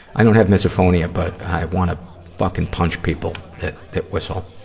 i don't have misophonia, but i want to fucking punch people that that whistle.